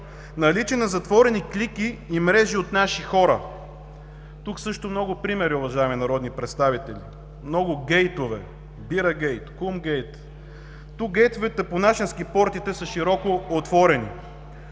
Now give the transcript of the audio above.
наличие на затворени клики и мрежи от наши хора. Тук също има много примери, уважаеми народни представители, много гейтове – „Бирагейт“, „Кумгейт“. Тук гейтовете по нашенски портите са широко отворени.